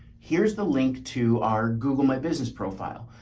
here's the link to our google my business profile.